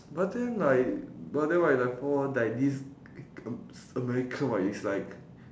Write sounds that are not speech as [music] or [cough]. but then like but then right the poor like this [noise] american right is like